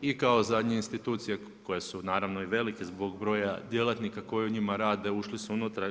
I kao zadnje institute koje su naravno i velike zbog broja djelatnika koje u njima rade, ušli su unutra.